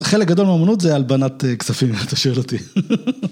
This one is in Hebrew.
חלק גדול מהאומנות זה הלבנת כספים, אם אתה שואל אותי.